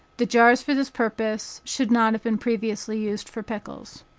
the jars for this purpose should not have been previously used for pickles.